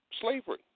slavery